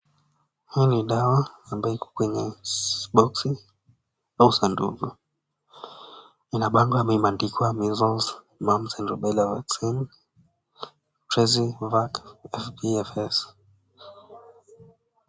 Hii ni dawa ambayo iko kwenye boxi au sanduku, ina bango ambayo imeandikwa Measles, Mumps and Rubella Vaccine Lp, Tresivac PFS .